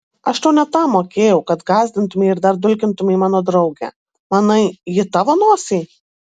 aš tau ne tam mokėjau kad gąsdintumei ir dar dulkintumei mano draugę manai ji tavo nosiai